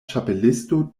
ĉapelisto